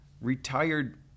retired